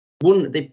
One